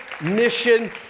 Mission